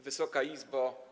Wysoka Izbo!